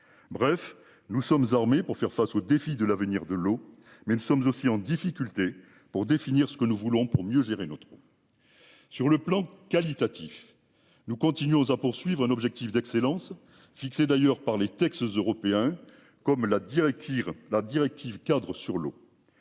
Bref, nous sommes armés pour faire face aux défis de l'avenir de l'eau mais nous sommes aussi en difficulté pour définir ce que nous voulons pour mieux gérer notre. Sur le plan qualitatif. Nous continuons aux à poursuivre un objectif d'excellence fixé d'ailleurs par les textes européens comme la directive la directive-cadre sur l'eau.